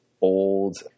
old